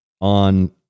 on